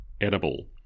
edible